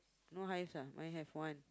no hives ah I have one